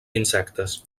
insectes